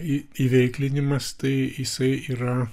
į įveiklinimas tai jisai yra